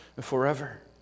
forever